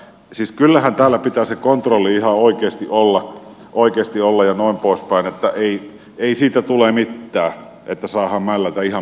siis kyllähän täällä pitää se kontrolli ihan oikeasti olla ja noin poispäin ei siitä tule mittään että saahaan mällätä ihan miten sattuu